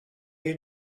you